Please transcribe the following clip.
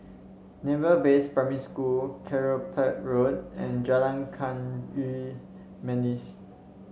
Naval Base Primary School Kelopak Road and Jalan Kayu Manis